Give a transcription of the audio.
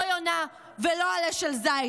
לא יונה ולא עלה של זית,